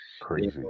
Crazy